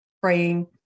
praying